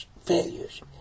failures